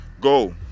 go